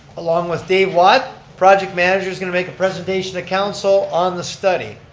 along with dave watt, project manager, who's going to make a presentation at council on the study.